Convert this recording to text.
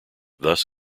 thus